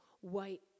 white